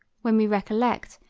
when we recollect,